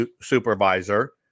supervisor